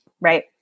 right